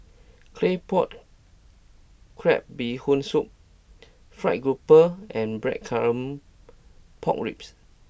Claypot Crab Bee Hoon Soup Fried Grouper and Blackcurrant Pork Ribs